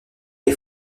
est